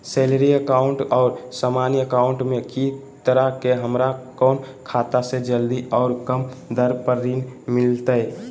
Salary account और सामान्य account मे की अंतर है हमरा कौन खाता से जल्दी और कम दर पर ऋण मिलतय?